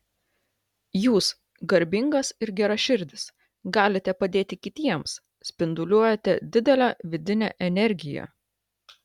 jūs garbingas ir geraširdis galite padėti kitiems spinduliuojate didelę vidinę energiją